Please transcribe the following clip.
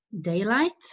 daylight